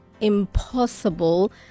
impossible